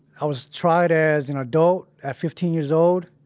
i was tried as an adult at fifteen years old,